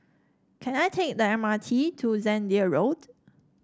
can I take the M R T to Zehnder Road